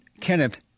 Kenneth